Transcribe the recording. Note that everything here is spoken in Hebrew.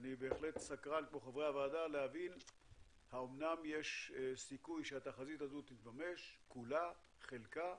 אני סקרן האמנם יש סיכוי שהתחזית תתממש כולה או חלקה